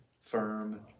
firm